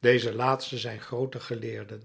deze laatsten zijn groote geleerden